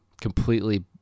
completely